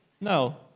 No